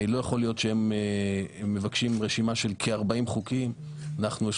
לא יכול להיות שהם מבקשים רשימה של כ-40 חוקים ולנו